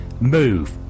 move